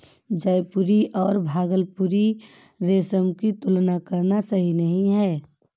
जयपुरी और भागलपुरी रेशम की तुलना करना सही नही है